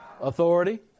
authority